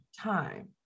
time